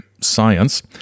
science